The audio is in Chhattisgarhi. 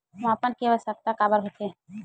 मापन के आवश्कता काबर होथे?